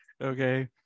okay